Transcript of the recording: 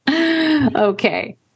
Okay